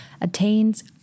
attains